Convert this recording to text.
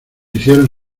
hicieron